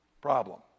problem